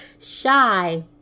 Shy